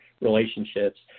relationships